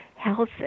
health